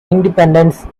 independence